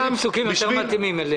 יש לי פסוקים שיותר מתאימים להם.